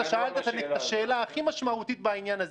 אתה שאלת את השאלה הכי משמעותית בעניין הזה,